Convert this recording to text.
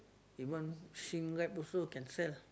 the one wrap also can sell